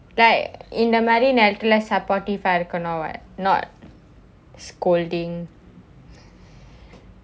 like இந்த மாறி நேரத்துல:intha maari nerathula supportive ah இருக்கணும்:irukkanum not scolding